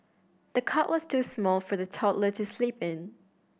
the cot was too small for the toddler to sleep in